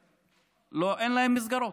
אין להם מסגרות,